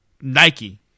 Nike